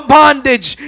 bondage